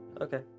okay